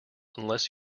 unless